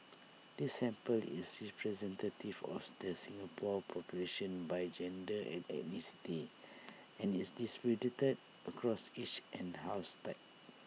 the sample is representative of the Singapore population by gender and ethnicity and is distributed across age and housing type